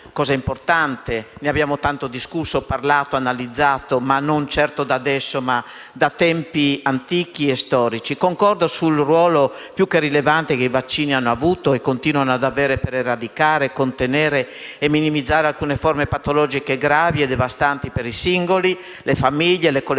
fatto importante. Ne abbiamo tanto discusso, parlato e analizzato, e non certo da adesso, ma dai tempi antichi. Concordo sul ruolo più che rilevante che i vaccini hanno avuto e continuano ad avere per eradicare, contenere e minimizzare alcune forme patologiche gravi e devastanti per i singoli, le famiglie e le collettività